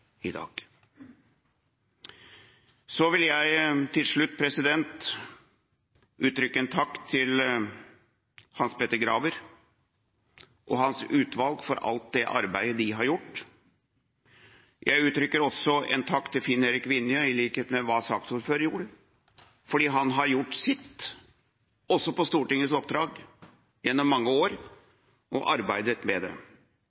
Så vil jeg til slutt uttrykke en takk til Hans Petter Graver og hans utvalg for alt det arbeidet de har gjort. Jeg uttrykker også en takk til Finn-Erik Vinje – i likhet med hva saksordføreren gjorde – fordi han har gjort sitt, også på oppdrag fra Stortinget, gjennom mange år og har arbeidet med